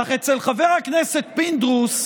אך אצל חבר הכנסת פינדרוס